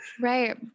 Right